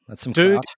dude